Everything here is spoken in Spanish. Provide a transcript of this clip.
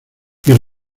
mis